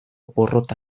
porrota